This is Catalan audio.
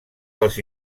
dels